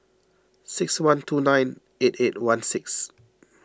six one two nine eight eight one six